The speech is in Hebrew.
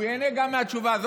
הוא ייהנה גם מהתשובה הזאת.